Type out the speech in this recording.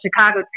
Chicago